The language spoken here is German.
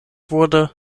wurde